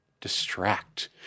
DISTRACT